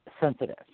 sensitive